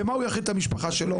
במה הוא יאכיל את המשפחה שלו?